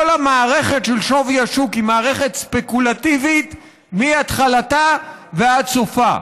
כל המערכת של שווי השוק היא מערכת ספקולטיבית מהתחלתה ועד סופה,